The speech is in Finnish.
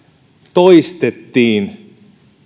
toistettiin